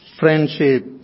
Friendship